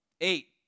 Eight